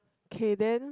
K then